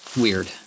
weird